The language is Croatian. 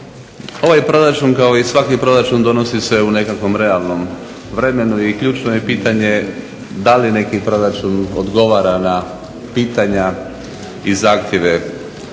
Ovaj proračun kao i svaki proračun donosi se u nekakvom realnom vremenu i ključno je pitanje da li neki proračun odgovara na pitanja i zahtjeve